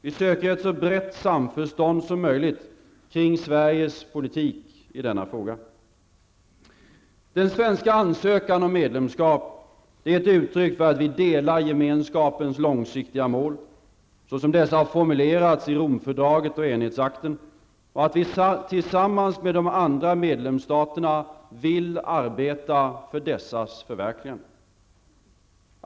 Vi söker ett så brett samförstånd som möjligt kring Sveriges politik i denna fråga. Den svenska ansökan om medlemskap är ett uttryck för att vi delar Gemenskapens långsiktiga mål, så som dessa har formulerats i Romfördraget och Enhetsakten, och att vi tillsammans med de andra medlemsstaterna vill arbeta för dessas förverkligande.